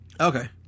Okay